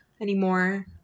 anymore